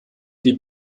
die